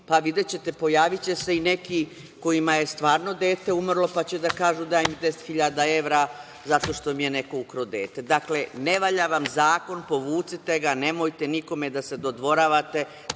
videćete pojaviće se i neki kojima je stvarno dete umrlo, pa će da kaže daj mi 10.000 evra zato što mi je neko ukrao dete. Dakle, ne valja vam zakon. Povucite ga. Nemojte nikome da se dodvoravate.